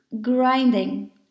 grinding